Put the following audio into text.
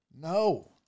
No